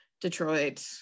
Detroit